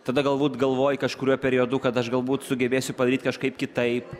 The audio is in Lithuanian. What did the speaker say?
tada galbūt galvoji kažkuriuo periodu kad aš galbūt sugebėsiu padaryti kažkaip kitaip